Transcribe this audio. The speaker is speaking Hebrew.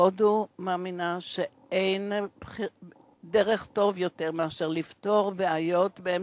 הודו מאמינה שאין דרך טובה יותר לפתור בעיות מאשר